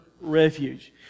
refuge